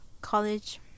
college